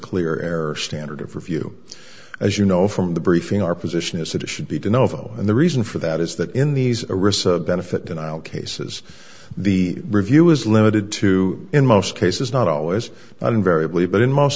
clear error standard of review as you know from the briefing our position is that it should be to know and the reason for that is that in these a risk benefit and i'll cases the review is limited to in most cases not all as an variably but in most